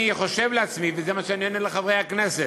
אני חושב לעצמי, וזה מה שאני אענה לחברי הכנסת,